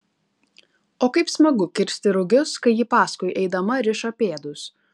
o kaip smagu kirsti rugius kai ji paskui eidama riša pėdus